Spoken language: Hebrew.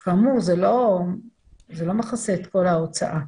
זה לא מכסה את כל ההוצאה.